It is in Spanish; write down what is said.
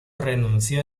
renunció